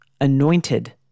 anointed